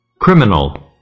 Criminal